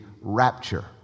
rapture